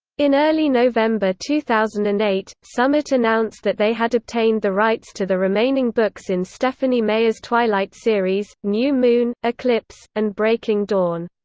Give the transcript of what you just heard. in early november two thousand and eight, summit announced that they had obtained the rights to the remaining books in stephenie meyer's twilight series new moon, eclipse, and breaking dawn.